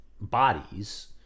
bodies